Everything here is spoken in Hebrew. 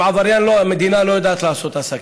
עם עבריין המדינה לא יודעת לעשות עסקים.